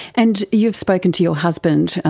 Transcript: and you've spoken to your husband,